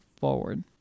forward